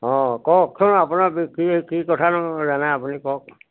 অঁ কওকচোন আপোনাক কি কি কথানো জানা আপুনি কওক